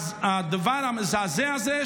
הדבר המזעזע הזה,